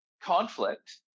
conflict